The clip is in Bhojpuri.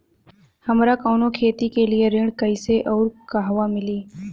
हमरा कवनो खेती के लिये ऋण कइसे अउर कहवा मिली?